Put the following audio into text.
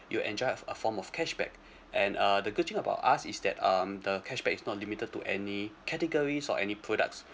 you'll enjoy have uh a form of cashback and uh the good thing about us is that um the cashback is not limited to any categories or any products